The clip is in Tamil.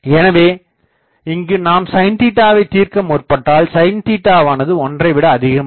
எனவே இங்கே நாம் sin வை தீர்க்கமுற்பட்டால் sin வானது 1 விட அதிகம்